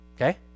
Okay